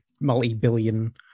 multi-billion